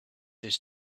this